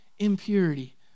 impurity